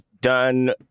done